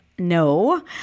No